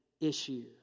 issue